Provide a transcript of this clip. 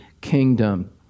kingdom